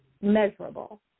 measurable